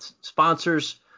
Sponsors